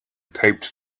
taped